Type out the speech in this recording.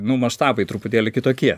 nu maštabai truputėlį kitokie